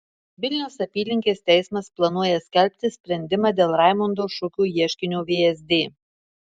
vilniaus apylinkės teismas planuoja skelbti sprendimą dėl raimondo šukio ieškinio vsd